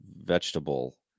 vegetable